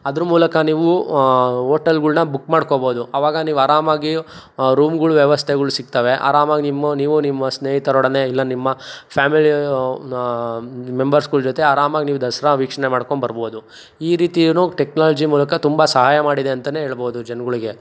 ಅದ್ರ ಮೂಲಕ ನೀವು ಓಟೆಲ್ಗಳ್ನ ಬುಕ್ ಮಾಡ್ಕೊಬೋದು ಆವಾಗ ನೀವು ಆರಾಮಾಗಿ ರೂಮ್ಗಳು ವ್ಯವಸ್ಥೆಗಳು ಸಿಗ್ತಾವೆ ಆರಾಮಾಗಿ ನಿಮ್ಮೊ ನೀವು ನಿಮ್ಮ ಸ್ನೇಹಿತರೊಡನೆ ಇಲ್ಲ ನಿಮ್ಮ ಫ್ಯಾಮಿಲಿ ಮೆಂಬರ್ಸ್ಗಳ ಜೊತೆ ಆರಾಮಾಗಿ ನೀವು ದಸರಾ ವೀಕ್ಷಣೆ ಮಾಡ್ಕೊಂಬರ್ಬೋದು ಈ ರೀತಿಯೂ ಟೆಕ್ನಾಲಜಿ ಮೂಲಕ ತುಂಬ ಸಹಾಯ ಮಾಡಿದೆ ಅಂತಲೇ ಹೇಳ್ಬೌದು ಜನ್ಗಳಿಗೆ